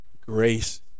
Grace